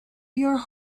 your